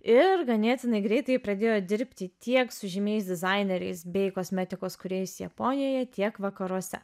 ir ganėtinai greitai pradėjo dirbti tiek su žymiais dizaineriais bei kosmetikos kūrėjais japonijoje tiek vakaruose